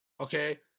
Okay